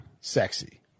sexy